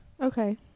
Okay